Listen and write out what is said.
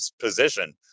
position